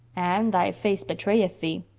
anne, thy face betrayeth thee.